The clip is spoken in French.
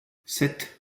sept